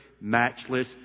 matchless